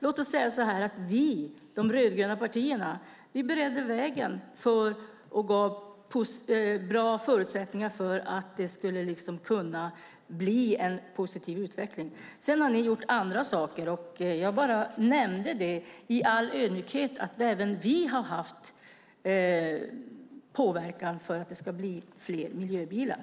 Låt oss säga att vi, de rödgröna partierna, beredde vägen för och gav bra förutsättningar för en positiv utveckling. Sedan har ni gjort andra saker. Jag nämnde bara i all ödmjukhet att även vi har haft påverkan för att det ska bli fler miljöbilar.